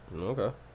Okay